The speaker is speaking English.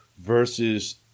versus